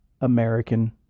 American